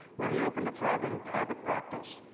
where he opened a thriving private practice.